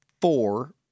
four